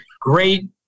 great